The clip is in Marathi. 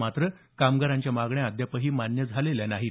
मात्र कामगारांच्या मागण्या अद्यापही मान्य झालेल्या नाहीत